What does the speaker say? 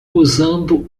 usando